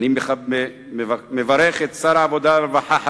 אני מברך את שר העבודה והרווחה,